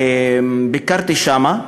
ביקרתי שם,